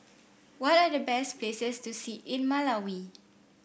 what are the best places to see in Malawi